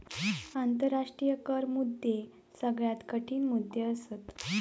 आंतराष्ट्रीय कर मुद्दे सगळ्यात कठीण मुद्दे असत